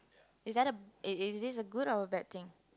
is that a is it a good or bad thing